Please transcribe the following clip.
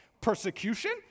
Persecution